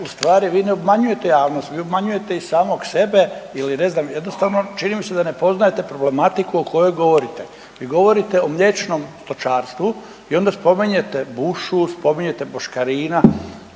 Ustvari vi ne obmanjujete javnost, vi obmanjujete i samog sebe ili ne znam jednostavno čini mi se da ne poznajete problematiku o kojoj govorite. Vi govorite o mlječnom stočarstvu i onda spominjete bušu, spominjete boškarina,